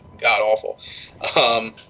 god-awful